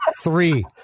three